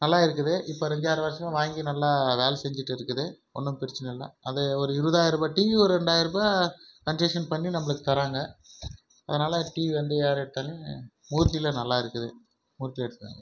நல்லா இருக்குது இப்போ ஒரு அஞ்சாறு வருஷமா வாங்கி நல்லா வேலை செஞ்சுட்டு இருக்குது ஒன்றும் பிரச்சனை இல்லை அது ஒரு இருவதாயர ரூபாய் டிவி ஒரு ரெண்டாயர் ரூபாய் கன்செஸ்ஷன் பண்ணி நம்பளுக்கு தராங்க அதனாலே டிவி வந்து யார் எடுத்தாலும் மூர்த்தியில் நல்லா இருக்குது மூர்த்தி எடுத்துக்கோங்க